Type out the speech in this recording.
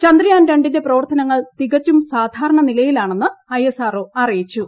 ചന്ദ്രയാൻ രണ്ടിന്റെ പ്രവർത്തനങ്ങൾ തികച്ചും സാധാരണ നിലയിലാണെന്ന് ഐ എസ് ആർ ഒ അറിയിച്ചു